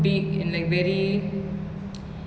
um I think if I'm not wrong right